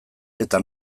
eta